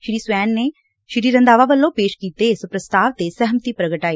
ਸ੍ਰੀ ਸਵੈਨ ਨੇ ਸ੍ਰੀ ਰੰਧਾਵਾ ਵੱਲੋਂ ਪੇਸ਼ ਕੀਤੇ ਇਸ ਪ੍ਸਤਾਵ ਤੇ ਸਹਿਮਤੀ ਪ੍ਗਟਾਈ